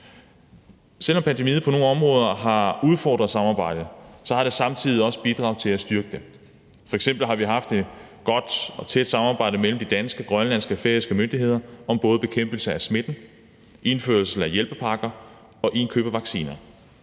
Selv om pandemien på nogle områder har udfordret samarbejdet, har den samtidig også bidraget til at styrke det. F.eks. har vi haft et godt og tæt samarbejde mellem de danske, grønlandske og færøske myndigheder om både bekæmpelsen af smitte, indførelsen af hjælpepakker og indkøb af vacciner.